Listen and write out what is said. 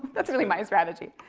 that's really my strategy.